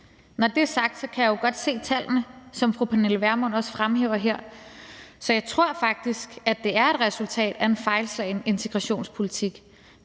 Når det er sagt, kan jeg jo godt se, hvad tallene, som fru Pernille Vermund også fremhæver her, viser, så jeg tror faktisk, at det er et resultat af en fejlslagen integrationspolitik.